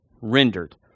rendered